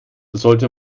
sollte